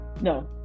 No